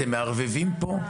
אתם מערבים פה --- אני אומרת